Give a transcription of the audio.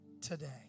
today